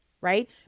Right